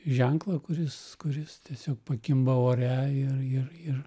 ženklą kuris kuris tiesiog pakimba ore ir ir ir